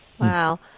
Wow